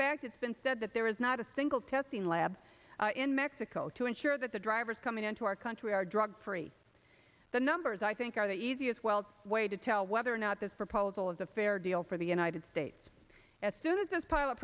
fact it's been said that there is not a single testing lab in mexico to ensure that the drivers coming into our country are drug free the numbers are i think our the easiest way to tell whether or not this proposal is a fair deal for the united states as soon as this pilot